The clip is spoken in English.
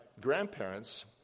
grandparents